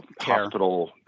hospital